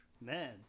man